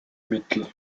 mittel